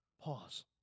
pause